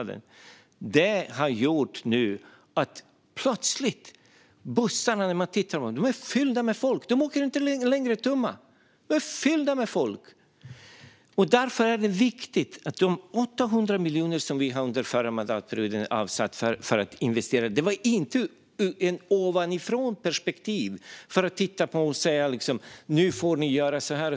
Detta har gjort att bussarna nu plötsligt är fyllda med folk; de åker inte längre tomma utan är fyllda med folk. Därför är det viktigt att de 800 miljoner som vi under den förra mandatperioden avsatte för att investera inte kom ur ett ovanifrånperspektiv. Det var inte så att vi sa: "Nu får ni göra så här".